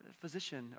physician